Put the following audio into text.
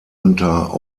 unter